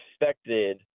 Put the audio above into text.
expected